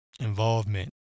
involvement